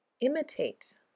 Imitate